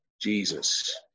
Jesus